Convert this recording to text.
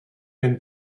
and